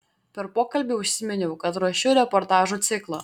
per pokalbį užsiminiau kad ruošiu reportažų ciklą